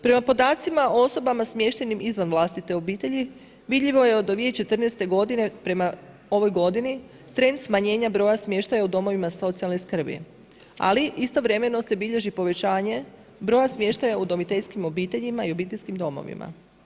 Prema podacima o osobama smještenim izvan vlastite obitelji, vidljivo je od 2014. godine prema ovoj godini trend smanjenja broja smještaja u domovina socijalne skrbi, ali istovremeno se bilježi povećanje broja smještaja udomiteljskim obiteljima i obiteljskim domovima.